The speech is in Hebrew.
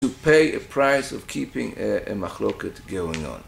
To pay a price of keeping a "Machloket" going on.